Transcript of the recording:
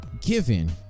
given